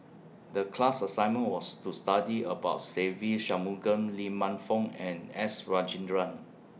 The class assignment was to study about Se Ve Shanmugam Lee Man Fong and S Rajendran